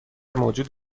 موجود